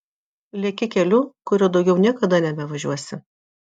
leki keliu kuriuo daugiau niekada nebevažiuosi